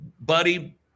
Buddy